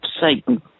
Satan